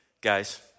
guys